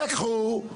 לקחו.